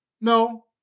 no